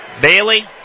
Bailey